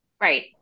Right